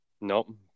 Nope